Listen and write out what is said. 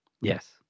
Yes